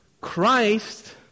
Christ